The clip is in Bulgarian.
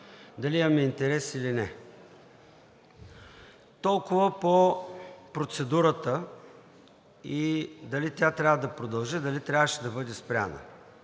дали имаме интерес или не. Толкова по процедурата и дали тя трябва да продължи, дали трябваше да бъде спряна.